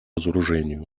разоружению